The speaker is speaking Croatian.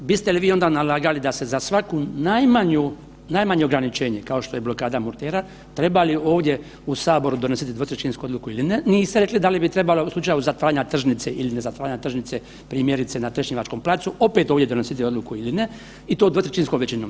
Biste li vi onda nalagali da se za svaku najmanju, najmanje ograničenje kao što je blokada Murtera, treba li ovdje u saboru donositi dvotrećinsku odluku ili ne, niste rekli da li bi trebalo u slučaju zatvaranja tržnice ili ne zatvaranja tržnice, primjerice na Trešnjevačkom placu, opet ovdje donositi odluku ili ne i to dvotrećinskom većinom?